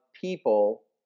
people